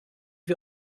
wir